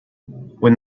when